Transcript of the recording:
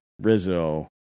Rizzo